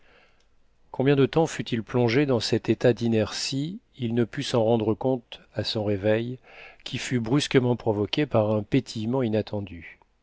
combien de temps fut-il plongé dans cet état d'inertie il ne put s'en rendre compte à son réveil qui fut brusquement provoqué par un pétillement inattendu